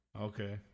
okay